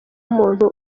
umuntu